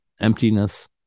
emptiness